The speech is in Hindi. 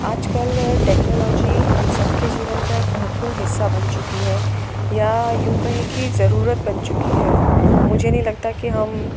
आजकल टेक्नोलॉजी हम सबके जीवन का एक महत्वपूर्ण हिस्सा बन चुकी है या यूँ कहें कि ज़रूरत बन चुकी है मुझे नहीं लगता कि हम